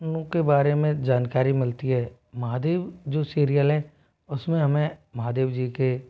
no के बारे में जानकारी मिलती है महादेव जो सीरियल है उसमें हमें महादेव जी के